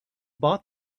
bought